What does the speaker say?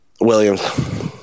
Williams